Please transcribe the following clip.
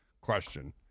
question